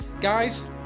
guys